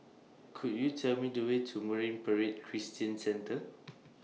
Could YOU Tell Me The Way to Marine Parade Christian Centre